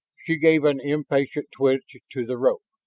she gave an impatient twitch to the rope.